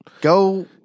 Go